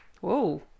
Whoa